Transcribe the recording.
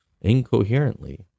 incoherently